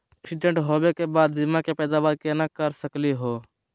Accident होवे के बाद बीमा के पैदावार केना कर सकली हे?